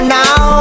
now